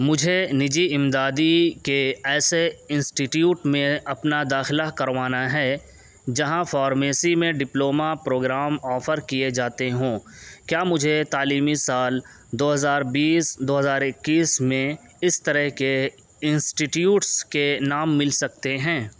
مجھے نجی امدادی کے ایسے انسٹیٹیوٹ میں اپنا داخلہ کروانا ہے جہاں فارمیسی میں ڈپلومہ پروگرام آفر کیے جاتے ہوں کیا مجھے تعلیمی سال دو ہزار بیس دو ہزار اکیس میں اس طرح کے انسٹیٹیوٹس کے نام مل سکتے ہیں